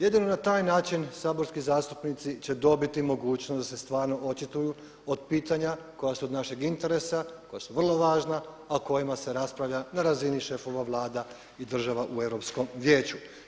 Jedino na taj način saborski zastupnici će dobiti mogućnost da se stvarno očituju od pitanja koja su od našeg interesa, koja su vrlo važna a o kojima se raspravlja na razini šefova vlada i država u Europskom vijeću.